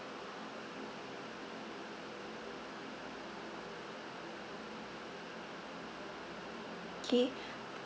K